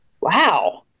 Wow